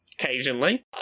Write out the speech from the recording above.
Occasionally